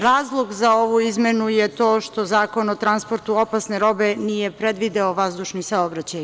Razlog za ovu izmenu je to što Zakon o transportu opasne robe nije predvideo vazdušni saobraćaj.